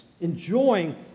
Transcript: enjoying